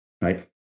right